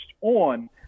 on